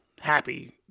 happy